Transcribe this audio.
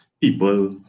people